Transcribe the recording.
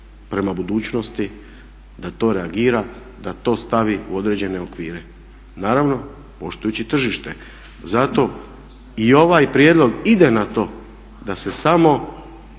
prema budućnosti da to reagira, da to stavi u određene okvire naravno poštujući tržište. Zato i ovaj prijedlog ide na to da se samo